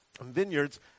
Vineyards